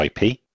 IP